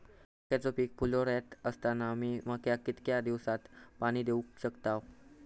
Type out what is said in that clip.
मक्याचो पीक फुलोऱ्यात असताना मी मक्याक कितक्या दिवसात पाणी देऊक शकताव?